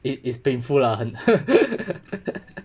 it is painful lah 很